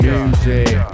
Music